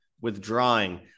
withdrawing